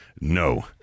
no